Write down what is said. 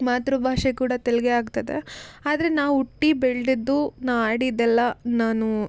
ಮಾತೃಭಾಷೆ ಕೂಡ ತೆಲುಗೇ ಆಗ್ತದೆ ಆದರೆ ನಾವು ಹುಟ್ಟಿ ಬೆಳೆದಿದ್ದು ನಾ ಆಡಿದ್ದೆಲ್ಲ ನಾನು